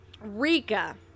Rika